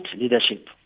leadership